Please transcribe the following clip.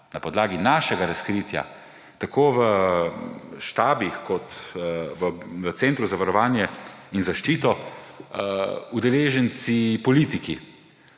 na podlagi našega razkritja tako v štabih kot v centru za varovanje in zaščito udeleženci politiki.